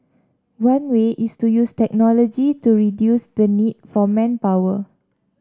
one way is to use technology to reduce the need for manpower